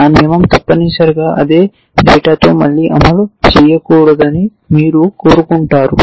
ఆ నియమం తప్పనిసరిగా అదే డేటాతో మళ్ళీ అమలు చేయకూడదని మీరు కోరుకుంటారు